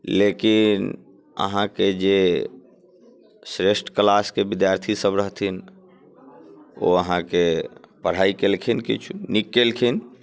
लेकिन अहाँकेँ जे श्रेष्ठ क्लासके विद्यार्थीसभ रहथिन ओ अहाँकेँ पढ़ाइ केलखिन किछु नीक केलखिन